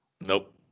Nope